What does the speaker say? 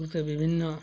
ମୋତେ ବିଭିନ୍ନ